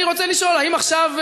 אני רוצה לשאול: האם עכשיו,